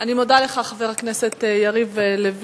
אני מודה לך, חבר הכנסת יריב לוין.